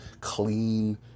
clean